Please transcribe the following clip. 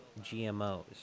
GMOs